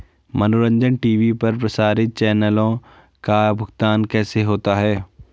मनोरंजन टी.वी पर प्रसारित चैनलों का भुगतान कैसे होता है?